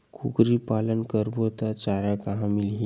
कुकरी पालन करबो त चारा कहां मिलही?